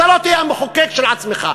אתה לא תהיה המחוקק של עצמך.